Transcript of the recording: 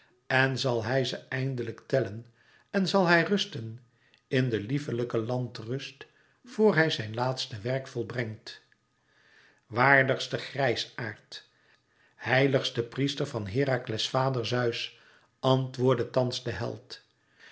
en zal hij ze eindelijk tellen en zal hij rusten in de lieflijke landrust vor hij zijn laatste werk volbrengt waardigste grijsaard heiligste priester van herakles vader zeus antwoordde thans de held